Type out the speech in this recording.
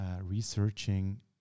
researching